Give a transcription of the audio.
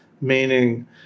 meaning